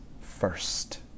first